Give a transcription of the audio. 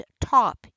top